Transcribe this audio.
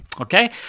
Okay